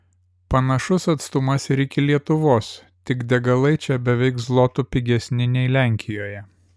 panašus atstumas ir iki lietuvos tik degalai čia beveik zlotu pigesni nei lenkijoje